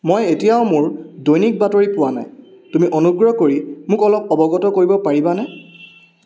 মই এতিয়াও মোৰ দৈনিক বাতৰি পোৱা নাই তুমি অনুগ্ৰহ কৰি মোক অলপ অৱগত কৰিব পাৰিবানে